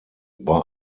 bei